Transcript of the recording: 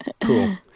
Cool